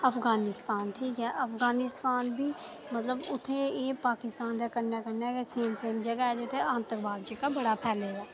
अफगानिस्तान ठीक ऐ अफगानिस्तान उत्थें एह् पाकिस्तान दे कन्नै कन्नै गै जगह ऐ जित्थें आंतकवाद जादा फैले दा ऐ